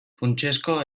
funtsezko